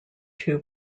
two